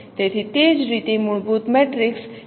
તેથી તે જ રીતે મૂળભૂત મેટ્રિક્સ મેળવી શકાય છે